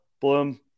Bloom